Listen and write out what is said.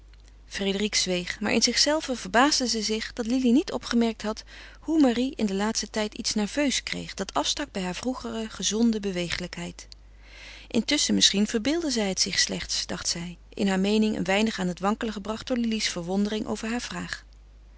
frédérique zweeg maar in zichzelve verbaasde ze zich dat lili niet opgemerkt had hoe marie in den laatsten tijd iets nerveus kreeg dat afstak bij haar vroegere gezonde beweeglijkheid intusschen misschien verbeeldde zij het zich slechts dacht zij in haar meening een weinig aan het wankelen gebracht door lili's verwondering over haar vraag